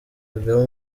kagame